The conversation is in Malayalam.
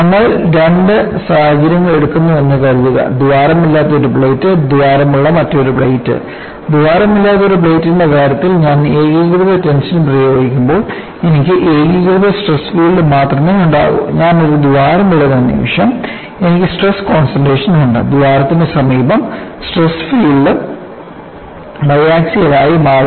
നമ്മൾ രണ്ട് സാഹചര്യങ്ങൾ എടുക്കുന്നുവെന്ന് കരുതുക ദ്വാരമില്ലാത്ത ഒരു പ്ലേറ്റ് ദ്വാരമുള്ള മറ്റൊരു പ്ലേറ്റ് ദ്വാരമില്ലാത്ത ഒരു പ്ലേറ്റിന്റെ കാര്യത്തിൽ ഞാൻ ഏകീകൃത ടെൻഷൻ പ്രയോഗിക്കുമ്പോൾ എനിക്ക് ഏകീകൃത സ്ട്രെസ് ഫീൽഡ് മാത്രമേ ഉണ്ടാകൂ ഞാൻ ഒരു ദ്വാരം ഇടുന്ന നിമിഷം എനിക്ക് സ്ട്രെസ് കോൺസെൻട്രേഷൻ ഉണ്ട് ദ്വാരത്തിന് സമീപം സ്ട്രെസ് ഫീൽഡ് ബൈ ആസ്കിയൽ ആയി മാറുന്നു